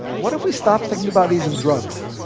what if we stop thinking about these as drugs?